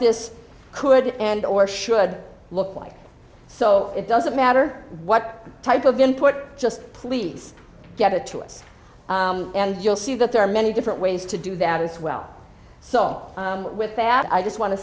this could and or should look like so it doesn't matter what type of input just please get it to us and you'll see that there are many different ways to do that as well so with that i do i want to